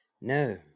No